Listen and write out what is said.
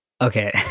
Okay